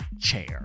Chair